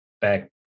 back